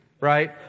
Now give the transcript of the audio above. right